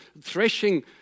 threshing